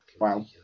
Wow